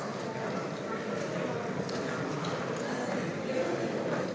Hvala